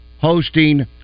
hosting